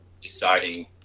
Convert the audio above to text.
deciding